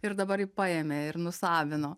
ir dabar jį paėmė ir nusavino